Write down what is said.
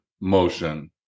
motion